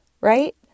right